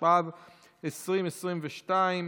התשפ"ב 2022,